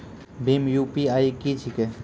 भीम UPI की छीके?